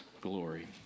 glory